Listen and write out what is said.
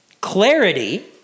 Clarity